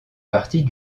partie